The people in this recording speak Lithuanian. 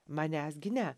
manęs gi ne